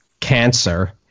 cancer –